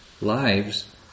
lives